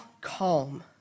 calm